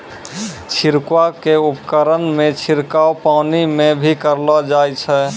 छिड़काव क उपकरण सें छिड़काव पानी म भी करलो जाय छै